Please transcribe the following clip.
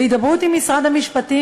בהידברות עם משרד המשפטים,